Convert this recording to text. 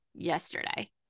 Yesterday